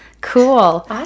cool